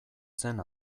zen